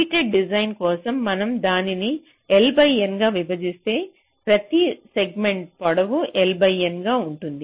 repeated design కోసం మనం దానిని L బై N గా విభజిస్తే ప్రతి సెగ్మెంట్ పొడవు L బై N గా ఉంటుంది